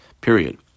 period